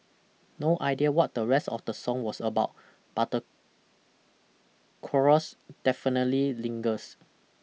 no idea what the rest of the song was about but the chorus definitely lingers